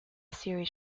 series